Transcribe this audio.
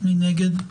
מי נגד?